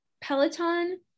peloton